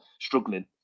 struggling